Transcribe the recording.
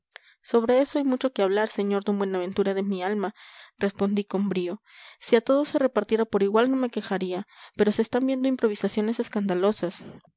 sobre eso hay mucho que hablar señor d buenaventura de mi alma respondí con brío si a todos se repartiera por igual no me quejaría pero se están viendo improvisaciones escandalosas